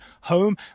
home